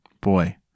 Boy